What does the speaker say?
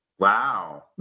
Wow